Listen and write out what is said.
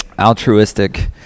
altruistic